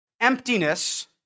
emptiness